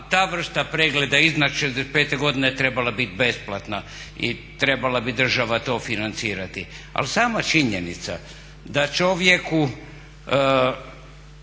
ta vrsta pregleda iznad 65 godine trebala biti besplatna i trebala bi država to financirati. Ali sama činjenica da čovjeku